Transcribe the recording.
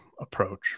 approach